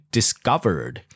Discovered